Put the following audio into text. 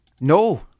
No